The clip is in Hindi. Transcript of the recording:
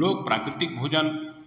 लोग प्राकृतिक भोजन